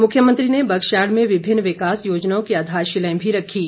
मुख्यमंत्री ने बगश्याड़ में विभिन्न विकास योजनाओं की आधारशिलाएं भी रखीं